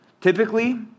Typically